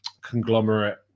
conglomerate